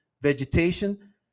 vegetation